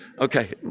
Okay